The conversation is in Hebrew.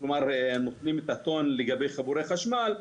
הם נותנים את הטון לגבי חיבורי חשמל.